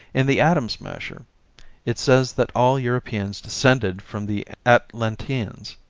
in the atom smasher it says that all europeans descended from the atlanteans.